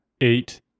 eight